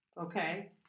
Okay